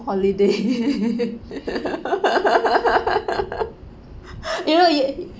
holiday you know you